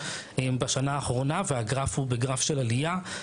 בשנה האחרונה והגרף הוא גרף של עליה,